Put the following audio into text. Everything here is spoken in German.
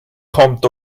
kommt